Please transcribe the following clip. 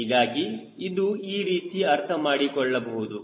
ಹೀಗಾಗಿ ಇದು ಈ ರೀತಿ ಅರ್ಥಮಾಡಿಕೊಳ್ಳಬಹುದು